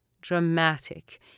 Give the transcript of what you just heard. dramatic